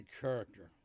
character